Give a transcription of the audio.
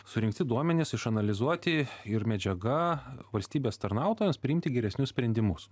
surinkti duomenis išanalizuoti ir medžiaga valstybės tarnautojams priimti geresnius sprendimus